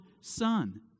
son